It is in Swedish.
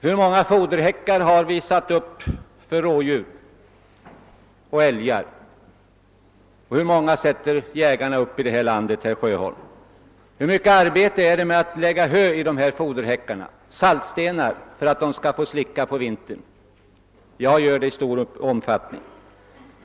Hur många foderhäckar för rådjur och älgar sätter inte jägarna upp här i landet, herr Sjöholm. Hur mycket arbete är inte förenat med att i dessa foderhäckar lägga hö och saltstenar, som djuren på vintern skall få slicka på. Jag utför sådant arbete i stor omfattning.